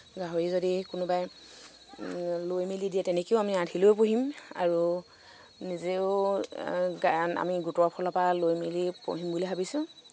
গাহৰি যদি কোনোবাই লৈ মেলি দিয়ে তেনেকেও আমি আধি লৈ পুহিম আৰু নিজেও গা আমি গোটৰ ফালৰ পৰা লৈ মেলি পুহিম বুলি ভাবিছো